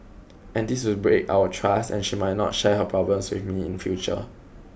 and this would break our trust and she might not share her problems with me in future